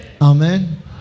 Amen